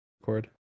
record